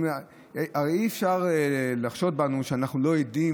הרי אי-אפשר לחשוד בנו שאנחנו לא עדים